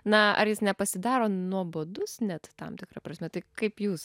na ar jis nepasidaro nuobodus net tam tikra prasme tai kaip jūs